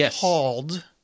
called